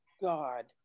god